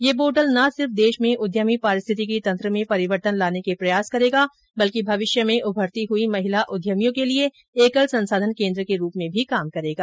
ये पोर्टल न सिर्फ देश में उद्यमी पारिस्थितिकी तंत्र में परिवर्तन लाने के प्रयास करेगा बल्कि भविष्य में उभरती हुई महिला उद्यमियों के लिए एकल संसाधन केन्द्र के रूप में भी कार्य करेगा